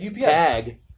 tag